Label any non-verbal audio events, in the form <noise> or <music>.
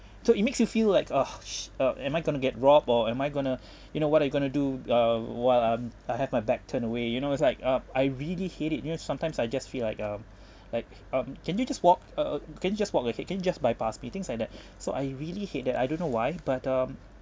so it makes you feel like uh sh ugh am I going to get robbed or am I going to <breath> you know what are you going to uh while I'm I have my back turned away you know it's like up I really hate it you know sometimes I just feel like um <breath> like um can you just walk uh uh can you just walk ahead can you just bypass me things like that <breath> so I really hate that I don't know why but um